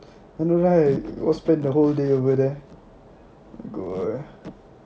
I know right we spend the whole day over there